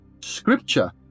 Scripture